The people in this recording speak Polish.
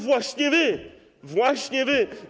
Właśnie wy, właśnie wy.